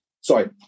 Sorry